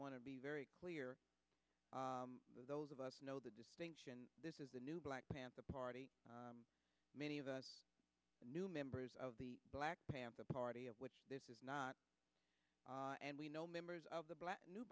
want to be very clear those of us know the distinction this is the new black panther party many of us knew members of the black panther party of which this is not and we know members of the black new